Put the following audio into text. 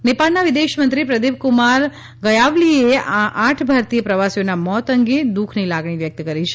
નેપાળના વિદેશમંત્રી પ્રદીપકુમાર ગયાવલીએ આઠ ભારતીય પ્રવાસીઓના મોત અંગે દુઃખની લાગણી વ્યક્ત કરી છે